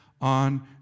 on